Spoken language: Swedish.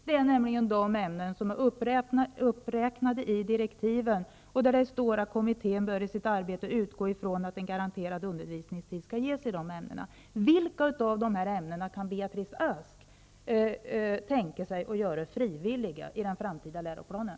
Det är nämligen de ämnena som är uppräknade i direktiven och om vilka det står att kommittén i sitt arbete bör utgå från att en garanterad undervisningstid skall ges.